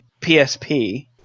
PSP